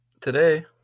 today